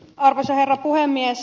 arvoisa herra puhemies